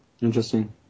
Interesting